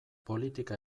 politika